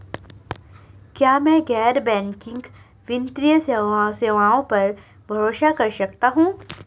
क्या मैं गैर बैंकिंग वित्तीय सेवाओं पर भरोसा कर सकता हूं?